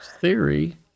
theory